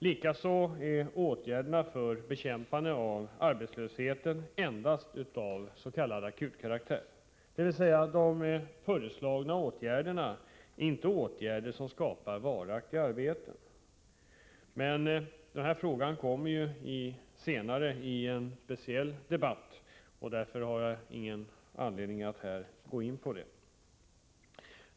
Likaså är åtgärderna för bekämpandet av arbetslösheten endast av s.k. akutkaraktär, dvs. de föreslagna åtgärderna skapar inte varaktiga arbeten. Den frågan kommer senare att diskuteras i en särskild debatt. Jag har därför ingen anledning att här gå in på den.